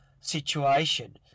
situation